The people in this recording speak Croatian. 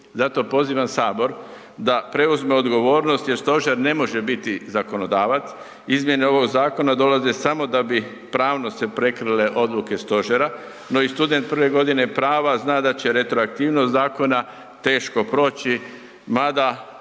Zato pozivam sabor da preuzme odgovornost jer stožer ne može biti zakonodavac. Izmjene ovog zakona dolaze samo da bi pravno se prekrile odluke stožera. No, i student prve godine prava zna da će retroaktivnost zakona teško proći mada